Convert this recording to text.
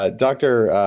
ah dr.